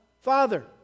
Father